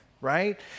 right